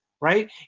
Right